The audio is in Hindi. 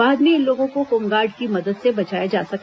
बाद में इन लोगों को होमगार्ड की मदद से बचाया जा सका